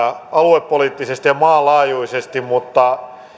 aluepoliittisesti ja maanlaajuisesti mutta